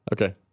Okay